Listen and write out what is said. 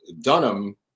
Dunham